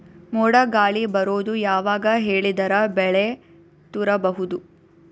ಮೋಡ ಗಾಳಿ ಬರೋದು ಯಾವಾಗ ಹೇಳಿದರ ಬೆಳೆ ತುರಬಹುದು?